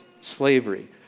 slavery